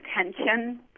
attention